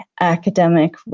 academic